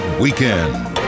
Weekend